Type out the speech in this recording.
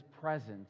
presence